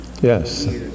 Yes